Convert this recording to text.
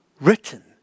written